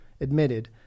admitted